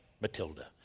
Matilda